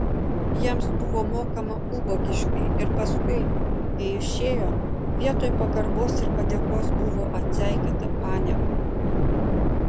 jiems buvo mokama ubagiškai ir paskui kai išėjo vietoj pagarbos ir padėkos buvo atseikėta panieka